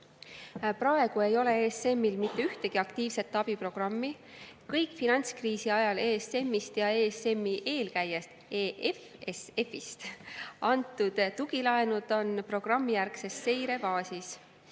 ei ole ESM-il mitte ühtegi aktiivset abiprogrammi. Kõik finantskriisi ajal ESM-ist ja ESM-i eelkäijast EFSF-ist antud tugilaenud on programmijärgses seirefaasis.